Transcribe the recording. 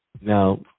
Now